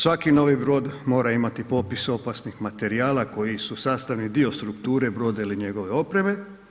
Svaki novi brod mora imati popis opasnih materijala koji su sastavni dio strukture broda ili njegove opreme.